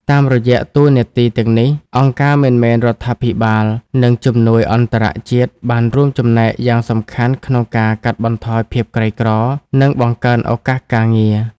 តាមរយៈតួនាទីទាំងនេះ អង្គការមិនមែនរដ្ឋាភិបាល និងជំនួយអន្តរជាតិបានរួមចំណែកយ៉ាងសំខាន់ក្នុងការកាត់បន្ថយភាពក្រីក្រ និងបង្កើនឱកាសការងារ។